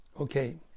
okay